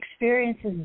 experiences